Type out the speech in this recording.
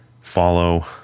follow